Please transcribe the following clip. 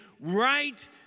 right